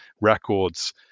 records